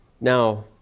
Now